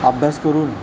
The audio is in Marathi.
अभ्यास करून